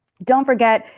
don't forget,